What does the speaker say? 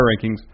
rankings